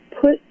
put